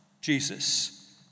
Jesus